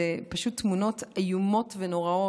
זה פשוט תמונות איומות ונוראות.